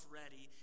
ready